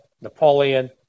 Napoleon